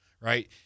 right